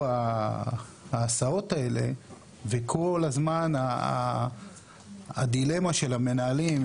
ההסעות האלה וכל הזמן הדילמה של המנהלים.